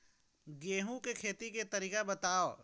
गेहूं के खेती के तरीका बताव?